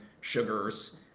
sugars